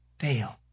fail